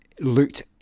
looked